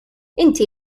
inti